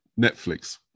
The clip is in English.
Netflix